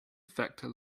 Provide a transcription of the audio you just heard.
vector